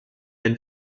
than